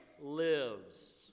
lives